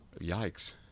Yikes